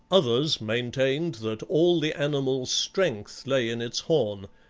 others maintained that all the animal's strength lay in its horn,